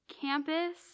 campus